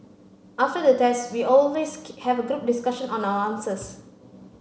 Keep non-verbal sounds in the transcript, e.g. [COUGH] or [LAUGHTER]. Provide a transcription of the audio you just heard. after the test we always [UNINTELLIGIBLE] have a group discussion on our answers